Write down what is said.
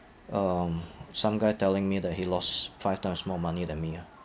um some guy telling me that he lost five times more money than me ah